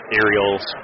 aerials